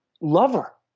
lover